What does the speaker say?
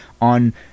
on